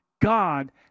God